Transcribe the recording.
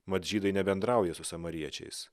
mat žydai nebendrauja su samariečiais